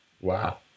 Wow